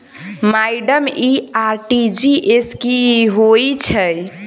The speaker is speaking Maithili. माइडम इ आर.टी.जी.एस की होइ छैय?